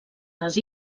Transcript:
les